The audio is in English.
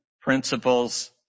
principles